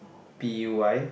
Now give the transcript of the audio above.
buy